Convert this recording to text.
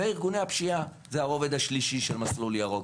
וארגוני הפשיעה, זה הרוב השלישי של "מסלול ירוק".